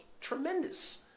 tremendous